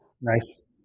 Nice